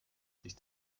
sich